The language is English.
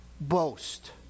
Boast